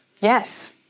Yes